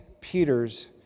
Peter's